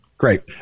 Great